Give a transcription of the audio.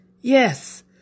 Yes